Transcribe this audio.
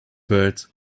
words